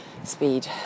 speed